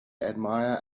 admire